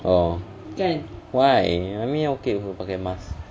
orh why I mean okay apa pakai mask